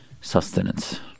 sustenance